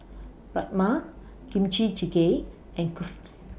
Rajma Kimchi Jjigae and Kulfi